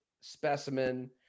specimen